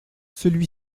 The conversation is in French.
celui